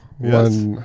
Yes